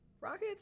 rockets